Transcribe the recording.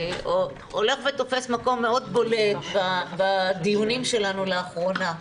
הולך ותופס מקום מאוד בולט בדיונים שלנו לאחרונה.